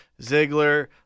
Ziggler